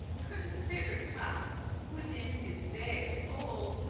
consider'd hath within his dayes old,